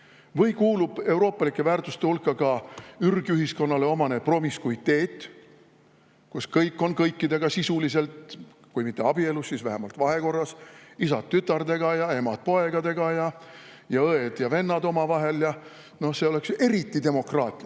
või kuulub euroopalike väärtuste hulka ka ürgühiskonnale omane promiskuiteet, kus kõik on kõikidega sisuliselt kui mitte abielus, siis vähemalt vahekorras: isad tütardega ja emad poegadega ning õed ja vennad omavahel. See oleks eriti demokraatlik.